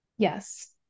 Yes